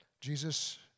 Jesus